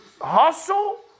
Hustle